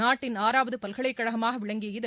நாட்டின் ஆறாவது பல்கலைக்கழகமாக விளங்கிய இது